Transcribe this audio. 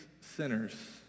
sinners